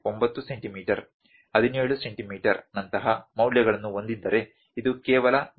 9 centimetre 17 centimetre ನಂತಹ ಮೌಲ್ಯಗಳನ್ನು ಹೊಂದಿದ್ದರೆ ಇದು ಕೇವಲ ಡೇಟಾ